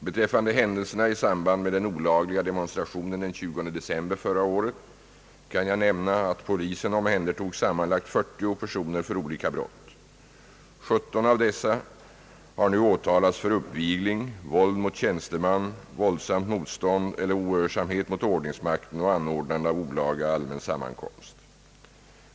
Beträffande händelserna i samband med den olagliga demonstrationen den 20 december förra året kan jag nämna att polisen omhändertog sammanlagt 40 personer för olika brott. 17 av dessa personer har nu åtalats för uppvigling, våld mot tjänsteman, våldsamt motstånd eller ohörsamhet mot ordningsmakten samt anordnande av olaga allmän sammankomst.